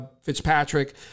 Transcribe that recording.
Fitzpatrick